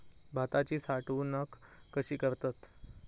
भाताची साठवूनक कशी करतत?